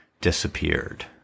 disappeared